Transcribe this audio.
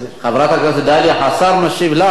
חברת הכנסת דליה, השר משיב לך.